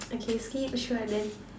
okay skip sure then